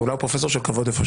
אולי הוא פרופ' של כבוד,